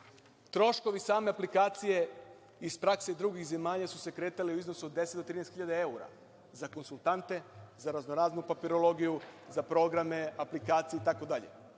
troškovi same aplikacije iz prakse drugih zemalja su se kretali u iznosu od 10 do 13 hiljada evra za konsultante, za raznoraznu papirologiju, za programe, aplikacije, itd.